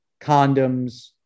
condoms